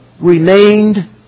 remained